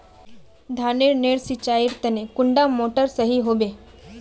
धानेर नेर सिंचाईर तने कुंडा मोटर सही होबे?